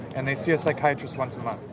and they see a psychiatrist once a month.